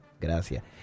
gracias